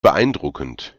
beeindruckend